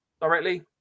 directly